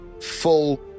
full